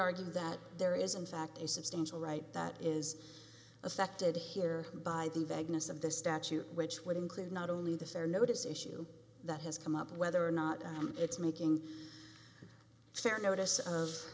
argue that there is in fact a substantial right that is affected here by the vagueness of the statute which would include not only the fair notice issue that has come up whether or not it's making fair notice of